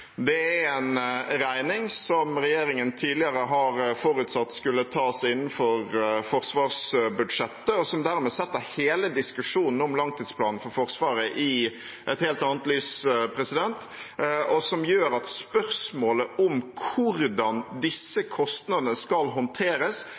Det er en regning som regjeringen tidligere har forutsatt skulle tas innenfor forsvarsbudsjettet, og som dermed setter hele diskusjonen om langtidsplanen for Forsvaret i et helt annet lys, og som gjør at spørsmålet om hvordan disse